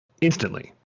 instantly